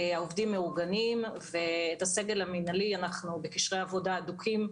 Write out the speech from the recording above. העובדים מאוגדים ולגבי הסגל המינהלי אנחנו בקשרי עבודה הדוקים,